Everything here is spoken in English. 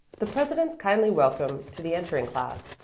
the president's kindly welcome to the entering class,